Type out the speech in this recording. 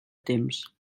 temps